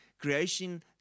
creation